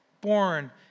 born